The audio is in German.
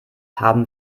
haben